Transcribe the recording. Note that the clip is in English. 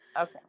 Okay